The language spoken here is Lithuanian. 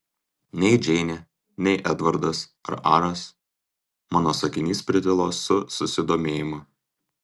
nei džeinė nei edvardas ar aras mano sakinys pritilo su susidomėjimu